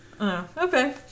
Okay